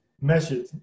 measured